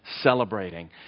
celebrating